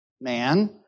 man